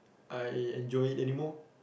I enjoy anymore